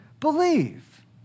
believe